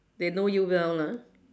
they know you well lah